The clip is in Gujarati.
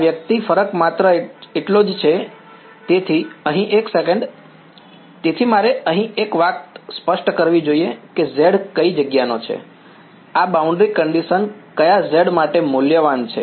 આ વ્યક્તિ ફરક માત્ર એટલો જ છે તેથી અહીં 1 સેકન્ડ તેથી મારે અહીં એક વાત સ્પષ્ટ કરવી જોઈએ કે z કઈ જગ્યાનો છે આ બ્રાઉન્ડ્રી કંડીશન કયા z માટે મૂલ્યવાન છે